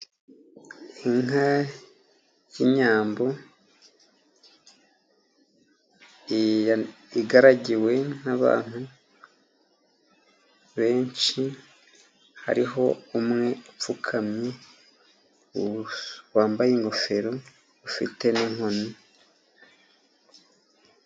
Inka y'inyambo igaragiwe n'abantu benshi, hariho umwe upfukamye, wambaye ingofero, ufite n'inkoni.